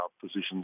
positions